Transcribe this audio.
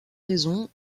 raison